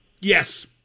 Yes